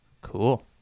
Cool